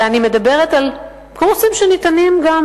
אלא אני מדברת על קורסים שניתנים גם